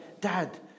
Dad